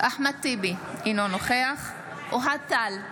אחמד טיבי, אינו נוכח אוהד טל,